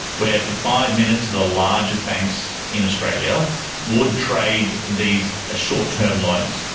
where for five minutes the largest banks in australia would trade these short term loans,